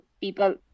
people